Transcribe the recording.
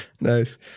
Nice